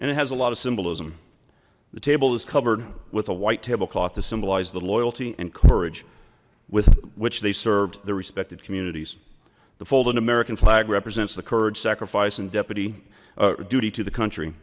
and it has a lot of symbolism the table is covered with a white tablecloth to symbolize the loyalty and courage with which they served the respected communities the folded american flag represents the courage sacrifice and deputy or duty to the country